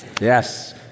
Yes